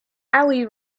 ali